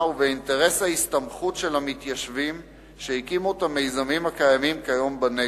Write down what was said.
ובאינטרס ההסתמכות של המתיישבים שהקימו את המיזמים הקיימים כיום בנגב.